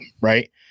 Right